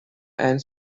and